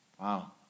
Wow